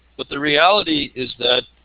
but the reality is that